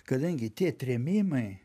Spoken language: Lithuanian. kadangi tie trėmimai